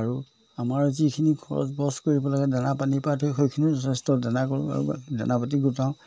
আৰু আমাৰ যিখিনি খৰচ বছ কৰিব লাগে দানা পানী পৰা ধৰি সেইখিনিও যথেষ্ট দানা গৰু আৰু দানা পাতি গোটাওঁ